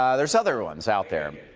ah there so other ones out there.